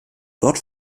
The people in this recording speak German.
dort